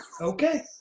Okay